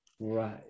Right